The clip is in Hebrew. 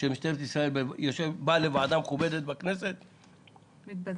שמשטרת ישראל באה לוועדה מכובדת בכנסת -- ומתבזה.